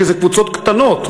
כי זה קבוצות קטנות,